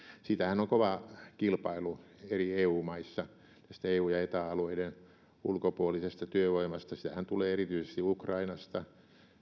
siitähän on kova kilpailu eri eu maissa tästä eu ja eta alueiden ulkopuolisesta työvoimasta sitähän tulee erityisesti ukrainasta